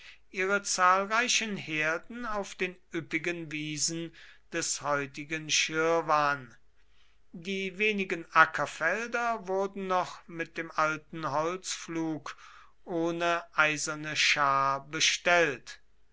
ihre zahlreichen herden auf den üppigen wiesen des heutigen schirwan die wenigen ackerfelder wurden noch mit dem alten holzpflug ohne eiserne schar bestellt